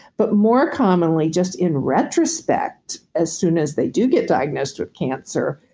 but more commonly, just in retrospect, as soon as they do get diagnosed with cancer,